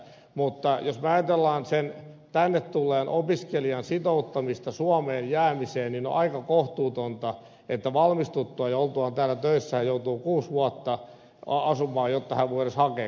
mutta jos ajatellaan sen tänne tulleen opiskelijan sitouttamista suomeen jäämiseen on aika kohtuutonta että valmistuttuaan ja oltuaan täällä töissä joutuu kuusi vuotta asumaan jotta voi edes hakea kansalaisuutta